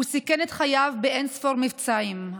הוא סיכן את חייו באין-ספור מבצעים,